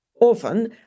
often